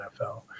NFL